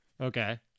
Okay